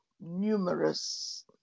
numerous